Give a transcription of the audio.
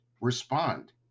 Respond